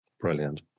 brilliant